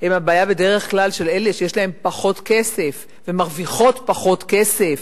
הם בדרך כלל הבעיה של אלה שיש להן פחות כסף ומרוויחות פחות כסף,